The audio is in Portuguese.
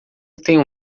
tenho